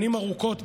שנים ארוכות,